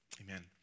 amen